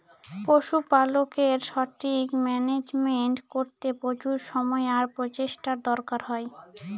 পশুপালকের সঠিক মান্যাজমেন্ট করতে প্রচুর সময় আর প্রচেষ্টার দরকার হয়